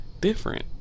different